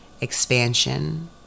Expansion